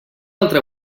altra